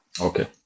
Okay